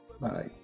Bye